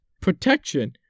Protection